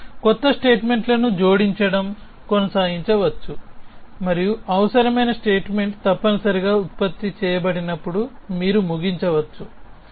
మీరు క్రొత్త స్టేట్మెంట్లను జోడించడం కొనసాగించవచ్చు మరియు అవసరమైన స్టేట్మెంట్ తప్పనిసరిగా ఉత్పత్తి చేయబడినప్పుడు మీరు ముగించవచ్చు